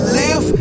live